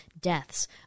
deaths